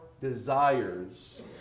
desires